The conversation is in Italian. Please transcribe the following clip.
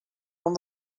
non